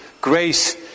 grace